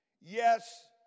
Yes